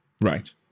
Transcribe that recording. Right